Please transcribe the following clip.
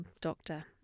doctor